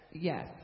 Yes